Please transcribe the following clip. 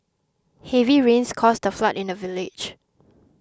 heavy rains caused a flood in the village